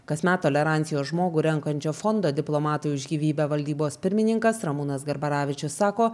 kasmet tolerancijos žmogų renkančio fondo diplomatai už gyvybę valdybos pirmininkas ramūnas garbaravičius sako